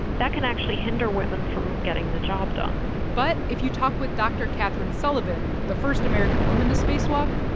that can actually hinder women from getting the job done but if you talk with dr. kathryn sullivan, the first american woman to spacewalk,